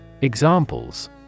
Examples